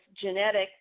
genetic